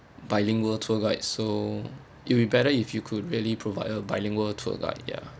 bilingual tour guide so it'll be better if you could really provide a bilingual tour guide ya